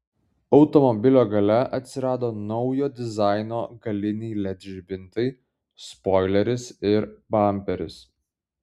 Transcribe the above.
automobilio gale atsirado naujo dizaino galiniai led žibintai spoileris ir bamperis